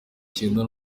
icyenda